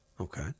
Okay